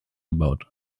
about